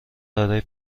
برای